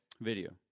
Video